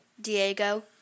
Diego